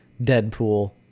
Deadpool